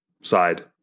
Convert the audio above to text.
side